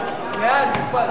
להצביע.